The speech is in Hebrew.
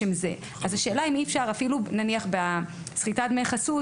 למשל בסחיטת דמי חסות,